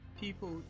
people